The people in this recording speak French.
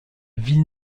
ville